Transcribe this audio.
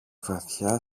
βαθιά